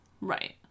Right